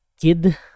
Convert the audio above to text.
kid